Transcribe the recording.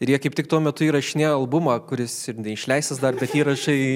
ir jie kaip tik tuo metu įrašinėjo albumą kuris neišleistas dar bet įrašai